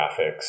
graphics